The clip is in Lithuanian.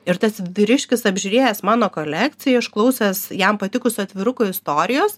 ir tas vyriškis apžiūrėjęs mano kolekciją išklausęs jam patikusio atviruko istorijos